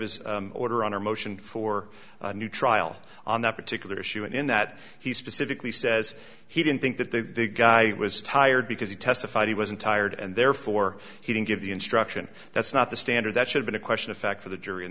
his order on our motion for new trial on that particular issue and in that he specifically says he didn't think that the guy was tired because he testified he wasn't tired and therefore he didn't give the instruction that's not the standard that should be a question of fact for the jury in